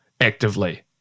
actively